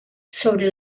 sobre